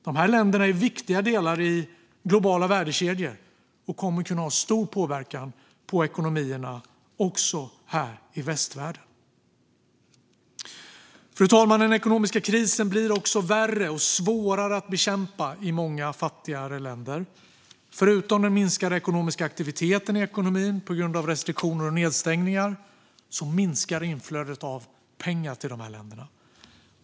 De länderna är viktiga delar i globala värdekedjor och kommer att kunna ha stor påverkan även på ekonomier i västvärlden. Fru talman! Den ekonomiska krisen blir också värre och svårare att bekämpa i många fattigare länder. Förutom den minskade ekonomiska aktiviteten i ekonomin på grund av restriktioner och nedstängningar minskar inflödet av pengar till länderna.